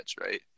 right